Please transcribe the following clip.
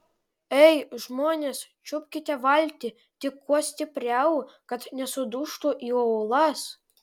ei žmonės čiupkite valtį tik kuo stipriau kad nesudužtų į uolas